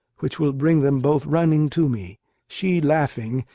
which will bring them both running to me she laughing,